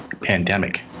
pandemic